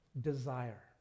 desire